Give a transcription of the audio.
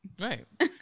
Right